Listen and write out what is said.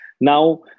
Now